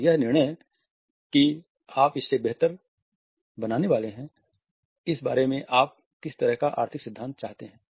और यह निर्णय कि आप इसे बेहतर बनाने वाले हैं इस बारे में आप किस तरह का आर्थिक सिद्धांत चाहते हैं